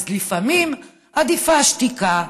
אז לפעמים עדיפה השתיקה,